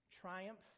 triumph